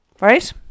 Right